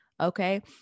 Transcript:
Okay